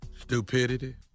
Stupidity